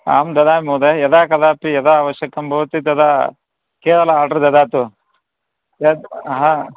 अहं ददामि महोदय यदा कदापि यदा आवश्यकं भवति तदा केवलम् आर्डर् ददातु यद् हा